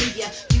yet